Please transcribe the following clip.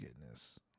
goodness